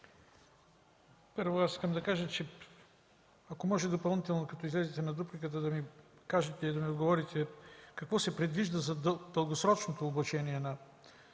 Първо искам да кажа, ако може допълнително, като излезете за дупликата, да ми отговорите какво се предвижда за дългосрочното обучение на